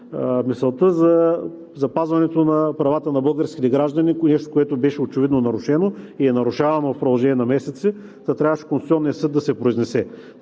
мисълта за запазването на правата на българските граждани, нещо, което беше очевидно нарушено, и е нарушавано в продължение на месеци, та трябваше Конституционният съд да се произнесе.